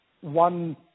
one